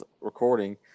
recording